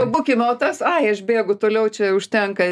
pabūkime o tas ai aš bėgu toliau čia užtenka